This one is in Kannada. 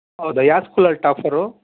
ಹೌದಾ ಯಾವ ಸ್ಕೂಲಲ್ಲಿ ಟಾಪರು